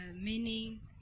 Meaning